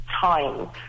time